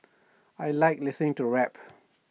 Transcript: I Like listening to rap